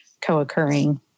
co-occurring